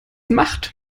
macht